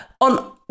on